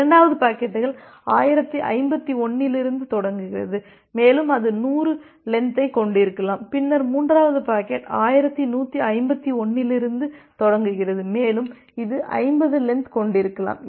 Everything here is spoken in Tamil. இரண்டாவது பாக்கெட்டுகள் 1051 இலிருந்து தொடங்குகிறது மேலும் அது 100 லென்த்தைக் கொண்டிருக்கலாம் பின்னர் மூன்றாவது பாக்கெட் 1151 இலிருந்து தொடங்குகிறது மேலும் இது 50 லென்த் கொண்டிருக்கலாம்